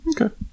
okay